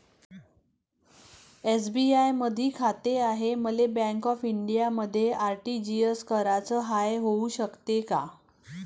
SBI मधी खाते हाय, मले बँक ऑफ इंडियामध्ये आर.टी.जी.एस कराच हाय, होऊ शकते का?